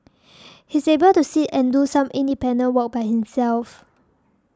he's able to sit and do some independent work by himself